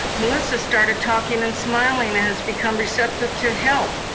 melissa started talking and smiling, and has become receptive to help.